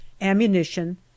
ammunition